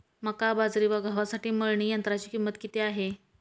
मका, बाजरी व गव्हासाठी मळणी यंत्राची किंमत किती आहे?